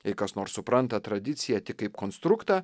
jei kas nors supranta tradiciją tik kaip konstruktą